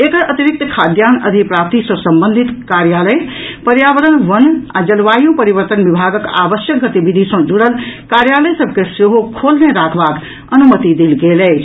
एकर अतिरिक्त खाद्यान्न अधिप्राप्ति सॅ संबंधित कार्यालय पर्यावरण वन आ जलवायु परिवर्तन विभागक आवश्यक गतिविधि सॅ जुड़ल कार्यालय सभ के सेहो खोलने राखबाक अनुमति देल गेल अछि